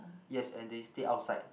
yes and they stayed outside